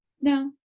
No